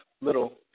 little